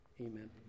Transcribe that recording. Amen